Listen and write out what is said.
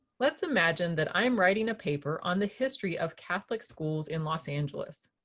let's imagine that i'm writing a paper on the history of catholic schools in los angeles.